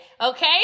okay